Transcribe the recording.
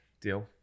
Deal